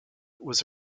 was